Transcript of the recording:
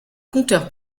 conteur